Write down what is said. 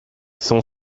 son